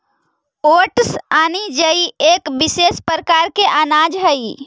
oats यानि जई एक विशेष प्रकार के अनाज हइ